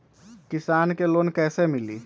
किसान के लोन कैसे मिली?